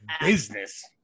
business